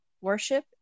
worship